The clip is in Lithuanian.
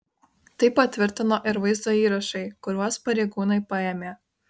tai patvirtino ir vaizdo įrašai kuriuos pareigūnai paėmė